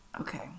Okay